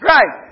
Right